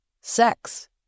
Sex